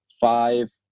five